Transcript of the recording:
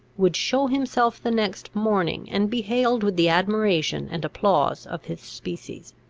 would show himself the next morning, and be hailed with the admiration and applause of his species.